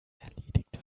erledigt